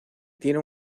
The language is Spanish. tiene